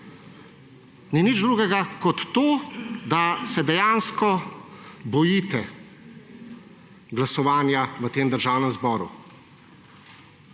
ni nič drugega kot to, da se dejansko bojite glasovanja v tem državnem zboru.